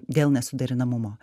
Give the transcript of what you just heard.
dėl nesuderinamumo